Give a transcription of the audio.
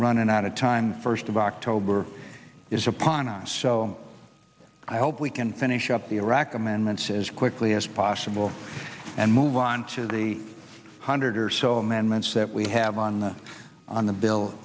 running out of time first of october is upon us so i hope we can finish up the iraqi amendments as quickly as possible and move on to the hundred or so amendments that we have on the on the bill